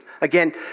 Again